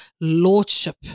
lordship